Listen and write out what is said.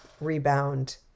rebound